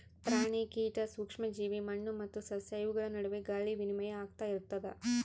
ಪ್ರಾಣಿ ಕೀಟ ಸೂಕ್ಷ್ಮ ಜೀವಿ ಮಣ್ಣು ಮತ್ತು ಸಸ್ಯ ಇವುಗಳ ನಡುವೆ ಗಾಳಿ ವಿನಿಮಯ ಆಗ್ತಾ ಇರ್ತದ